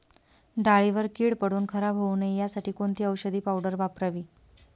डाळीवर कीड पडून खराब होऊ नये यासाठी कोणती औषधी पावडर वापरावी?